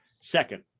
Second